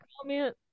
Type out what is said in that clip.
comment